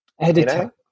editor